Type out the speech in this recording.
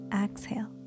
exhale